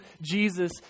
Jesus